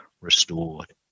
restored